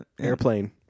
Airplane